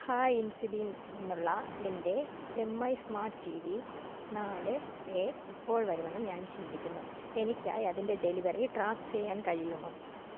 hi Infibeam നിന്നുള്ള എൻ്റെ M I smart T V നാല് എ എപ്പോൾ വരുമെന്ന് ഞാൻ ചിന്തിക്കുന്നു എനിക്കായി അതിൻറ്റെ ഡെലിവറി ട്രാക്ക് ചെയ്യാൻ കഴിയുമോ